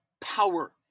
power